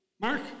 Mark